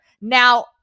Now